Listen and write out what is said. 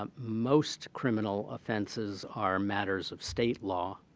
um most criminal offenses are matters of state law.